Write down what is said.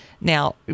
Now